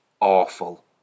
awful